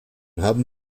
haben